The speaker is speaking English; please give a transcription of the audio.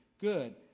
good